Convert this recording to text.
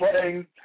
playing